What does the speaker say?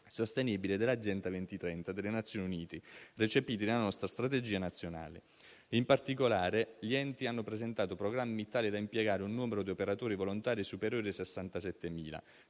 sostenibile dell'Agenda 2030 delle Nazioni Unite, recepiti dalla nostra Strategia nazionale. In particolare, gli enti hanno presentato programmi tali da impiegare un numero di operatori volontari superiore ai 67.000;